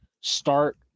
start